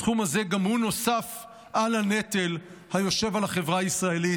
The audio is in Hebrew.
הסכום הזה גם הוא נוסף על הנטל היושב על החברה הישראלית.